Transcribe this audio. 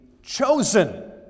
Chosen